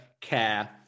care